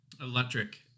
electric